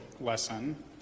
lesson